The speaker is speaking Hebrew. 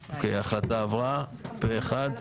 הצבעה אושר.